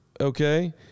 Okay